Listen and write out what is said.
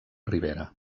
rivera